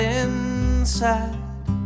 inside